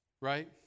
Right